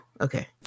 okay